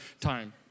time